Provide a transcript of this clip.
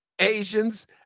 Asians